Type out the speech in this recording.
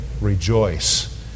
rejoice